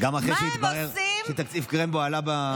גם אחרי שהתברר שתקציב קרמבו עלה בתקציב הנוכחי.